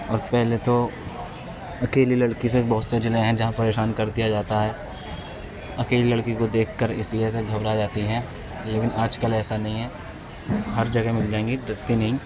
اور پہلے تو اکیلی لڑکی سے بہت سی جگہ ہیں جہاں پریشان کر دیا جاتا ہے اکیلی لڑکی کو دیکھ کر اس لیے تو گھبرا جاتی ہیں لیکن آج کل ایسا نہیں ہے ہر جگہ مل جائیں گی ڈرتی نہیں